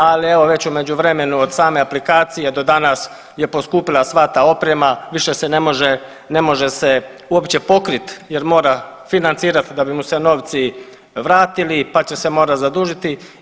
Ali evo već u međuvremenu od same aplikacije do danas je poskupila sva ta oprema, više se ne može uopće pokriti jer mora financirati da bi mu se novci vratili, pa će se morati zadužiti.